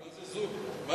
מה זה זוג, אדוני?